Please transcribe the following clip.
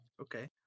Okay